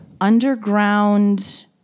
...underground